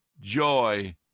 joy